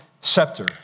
scepter